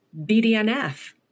BDNF